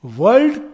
world